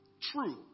True